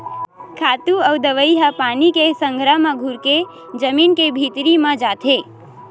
खातू अउ दवई ह पानी के संघरा म घुरके जमीन के भीतरी म जाथे